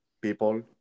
people